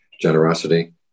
generosity